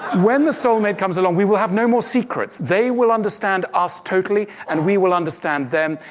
when the soulmate comes along, we will have no more secrets. they will understand us totally, and we will understand them.